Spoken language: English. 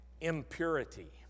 impurity